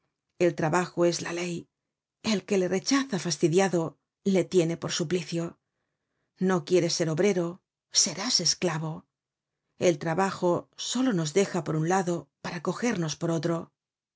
el trabajo es la ley el que le rechaza fastidiado le tiene por suplicio no quieres ser obrero serás esclavo el trabajo solo nos deja por un lado para cogernos por otro